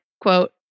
quote